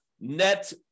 net